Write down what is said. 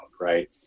right